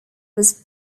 was